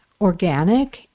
organic